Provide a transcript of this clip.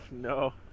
no